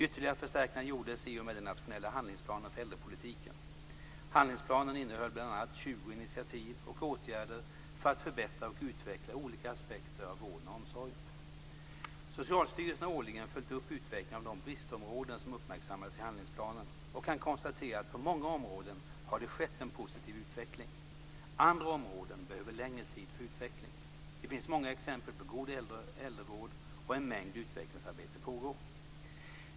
Ytterligare förstärkningar gjordes i och med den nationella handlingsplanen för äldrepolitiken. Handlingsplanen innehöll bl.a. 20 initiativ och åtgärder för att förbättra och utveckla olika aspekter av vården och omsorgen. Socialstyrelsen har årligen följt upp utvecklingen av de bristområden som uppmärksammades i handlingsplanen och kan konstatera att på många områden har det skett en positiv utveckling. Andra områden behöver längre tid för utveckling. Det finns många exempel på god äldrevård, och en mängd utvecklingsarbete pågår.